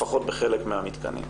לפחות בחלק מהמתקנים.